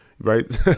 right